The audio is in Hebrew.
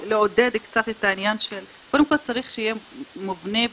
לעודד קצת את העניין של קודם כל שיהיה מובנה בתקציבים.